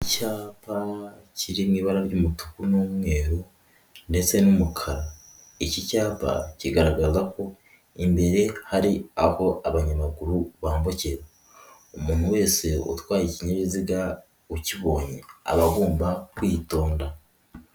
Icyapa kiri mu ibara ry'umutuku n'umweru ndetse n'umukara. Iki cyapa kigaragaza ko imbere hari aho abanyamaguru bambukira, umuntu wese utwaye ikinyabiziga ukibonye aba agomba kwitonda.